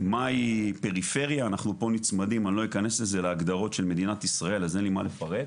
מהי פריפריה אנחנו פה נצמדים להגדרות של מדינת ישראל אז אין לי מה לפרט.